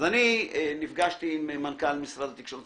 אני נפגשתי עם מנכ"ל משרד התקשורת,